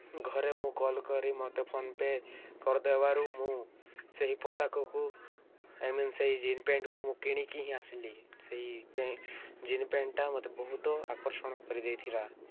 ଘରେ ମୁଁ କଲ୍ କରି ମୋତେ ଫୋନ୍ପେ କରିଦେବାରୁ ମୁଁ ସେହି ପୋଷାକକୁ ଆଇ ମିନ୍ ସେହି ଜିନ୍ ପ୍ୟାଣ୍ଟ୍କୁ ମୁଁ କିଣିକି ହିଁ ଆସିଲି ସେହି ଜିନ୍ ପ୍ୟାଣ୍ଟ୍ଟା ମୋତେ ବହୁତ ଆକର୍ଷଣ କରିଦେଇଥିଲା